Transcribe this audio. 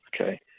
Okay